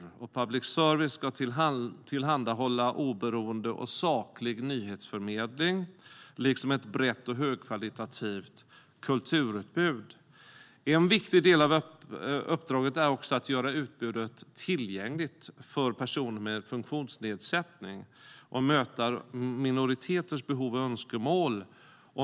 Public service ska tillhandahålla oberoende och saklig nyhetsförmedling liksom ett brett och högkvalitativt kulturutbud. En viktig del av uppdraget är också att göra utbudet tillgängligt för personer med funktionsnedsättning och möta minoriteters behov och önskemål.